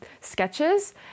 sketches